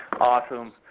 Awesome